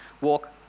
walk